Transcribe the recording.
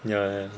ya ya